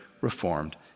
Reformed